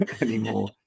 anymore